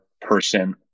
person